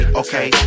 okay